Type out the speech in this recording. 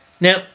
Now